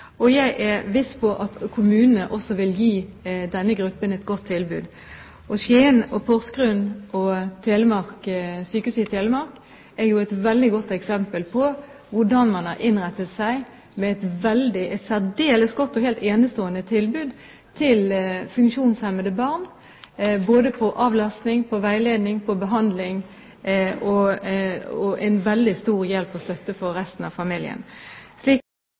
og jeg er viss på at kommunene også vil gi denne gruppen et godt tilbud. Skien og Porsgrunn og sykehuset i Telemark er et veldig godt eksempel på hvordan man har innrettet seg med et særdeles godt og helt enestående tilbud til funksjonshemmede barn både når det gjelder avlastning, veiledning og behandling – og med en veldig god hjelp og støtte for resten av familien.